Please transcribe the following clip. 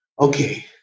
okay